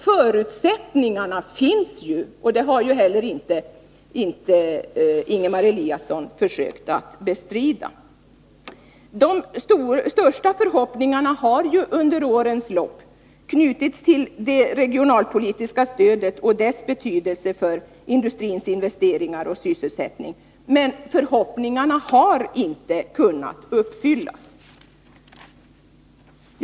Förutsättningarna finns ju, och det har inte heller Ingemar Eliasson försökt att bestrida. De största förhoppningarna har under årens lopp knutits till det regionalpolitiska stödet och dess betydelse för industrins investeringar och sysselsättning, men förhoppningarna har inte kunnat infrias.